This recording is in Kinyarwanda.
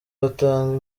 batanga